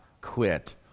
quit